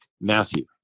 Matthew